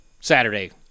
Saturday